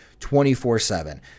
24-7